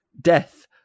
death